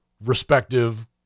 respective